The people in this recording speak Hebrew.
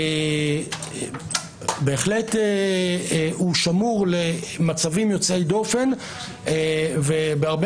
בהחלט הוא שמור למצבים יוצאי דופן ובהרבה